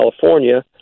california